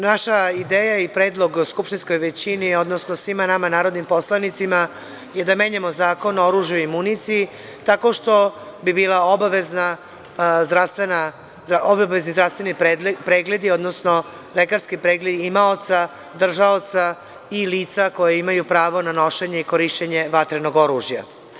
Naša ideja i predlog skupštinskoj većini, odnosno svima nama narodnim poslanicima, je da menjamo Zakon o oružju i municiji, tako što bi bili obavezni zdravstveni pregledi, odnosno lekarski pregled imaoca, držaoca i lica koja imaju pravo na nošenje i korišćenje vatrenog oružja.